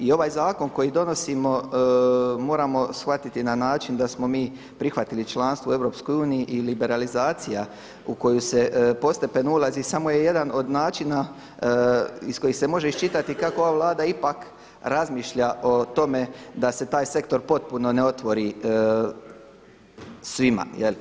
I ovaj zakon koji donosimo moramo shvatiti na način da smo mi prihvatili članstvo u EU i liberalizacija u koju se postepeno ulazi samo je jedan od načina iz kojih se može iščitati kako ova Vlada ipak razmišlja o tome da se taj sektor potpuno ne otvori svima.